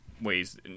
ways